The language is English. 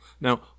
Now